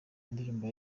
ndirimbo